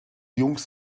jungs